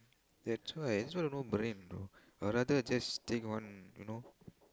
that's why that's why no brand know I rather just take one you know